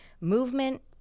movement